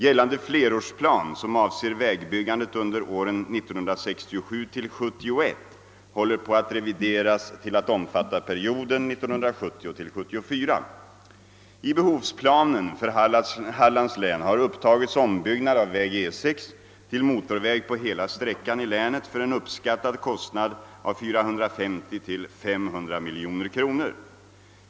Gällande flerårsplan som avser vägbyggandet under åren 1967—1971 håller på att revideras till att omfatta perioden 1970—1974. I behovsplanen för Hallands län har upptagits ombyggnad av väg E 6 till motorväg på hela sträckan i länet för en uppskattad kostnad av 450—500 miljoner kronor.